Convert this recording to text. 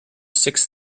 six